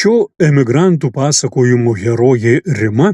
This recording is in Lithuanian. šio emigrantų pasakojimo herojė rima